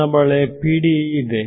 ನನ್ನ ಬಳಿ PDE ಇದೆ